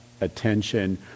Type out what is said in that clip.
attention